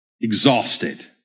Exhausted